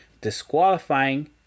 disqualifying